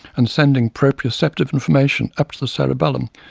and sending proprioceptive information up to the cerebellum,